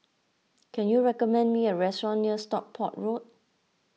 can you recommend me a restaurant near Stockport Road